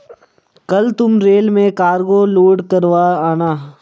कल तुम रेल में कार्गो लोड करवा आना